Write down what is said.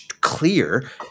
clear